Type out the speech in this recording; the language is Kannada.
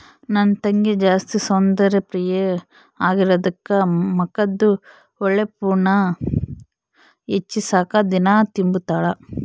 ನನ್ ತಂಗಿ ಜಾಸ್ತಿ ಸೌಂದರ್ಯ ಪ್ರಿಯೆ ಆಗಿರೋದ್ಕ ಮಕದ್ದು ಹೊಳಪುನ್ನ ಹೆಚ್ಚಿಸಾಕ ದಿನಾ ತಿಂಬುತಾಳ